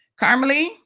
Carmelie